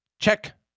Check